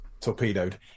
torpedoed